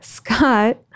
Scott